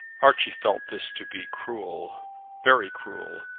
archie felt this to be cruel very cruel,